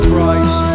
Price